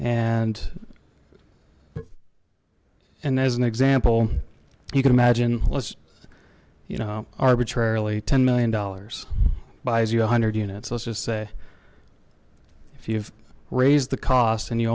and and as an example you can imagine let's you know arbitrarily ten million dollars buys you one hundred units let's just say if you raise the cost and you